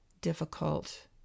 difficult